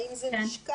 האם זה נשקל.